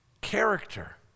character